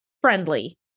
Friendly